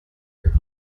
your